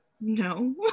No